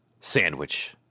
sandwich